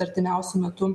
artimiausiu metu